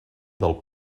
del